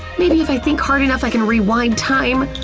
maybe if i think hard enough i can rewind time!